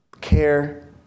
care